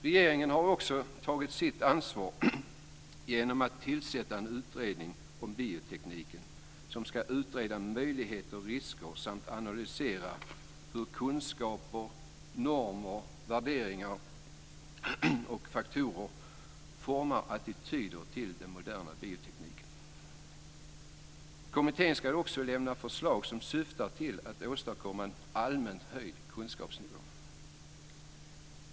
Regeringen har också tagit sitt ansvar genom att tillsätta en utredning om biotekniken som ska utreda möjligheter och risker samt analysera hur kunskaper, normer, värderingar och andra faktorer formar attityder till den moderna biotekniken. Kommittén ska också lämna förslag som syftar till att åstadkomma en allmänt höjd kunskapsnivå.